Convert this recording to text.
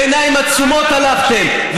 בעיניים עצומות הלכתם,